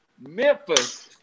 Memphis